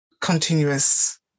continuous